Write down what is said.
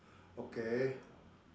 okay